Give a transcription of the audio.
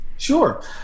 Sure